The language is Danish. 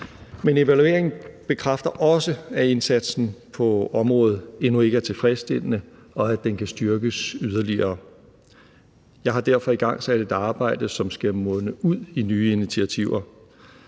Men evalueringen bekræfter også, at indsatsen på området endnu ikke er tilfredstillende, og at den kan styrkes yderligere. Jeg har derfor igangsat et arbejde, som skal munde ud i nye initiativer,